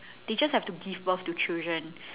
they just have to give birth to children